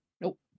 Nope